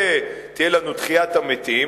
ותהיה לנו תחיית המתים,